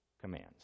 commands